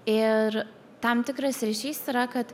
ir tam tikras ryšys yra kad